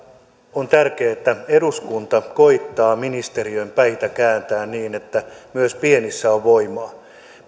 on tärkeää että eduskunta koettaa ministeriön päitä kääntää niin että myös pienissä on voimaa